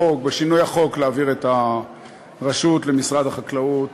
בשינוי החוק שבא להעביר את הרשות למשרד החקלאות.